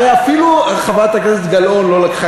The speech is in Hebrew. הרי אפילו חברת הכנסת גלאון לא לקחה